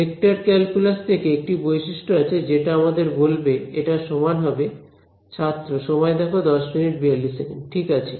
vector calculus থেকে একটি বৈশিষ্ট্য আছে যেটা আমাদের বলবে এটা সমান হবে ছাত্র ঠিক আছে